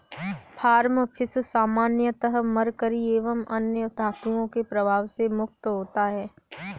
farm fish सामान्यतः mercury एवं अन्य धातुओं के प्रभाव से मुक्त होता है